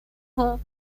her